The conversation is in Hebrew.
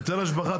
הטל השבחה,